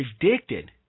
predicted